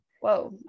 Whoa